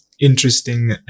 interesting